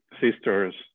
sisters